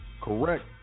correct